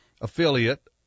affiliate